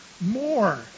more